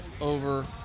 over